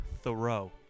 Thoreau